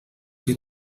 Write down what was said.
que